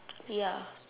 ya